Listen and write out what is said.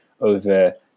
over